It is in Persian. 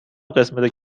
قسمت